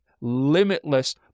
limitless